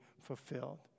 fulfilled